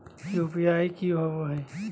UPI की होवे हय?